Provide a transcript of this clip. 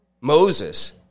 Moses